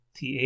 TA